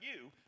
you